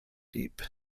deep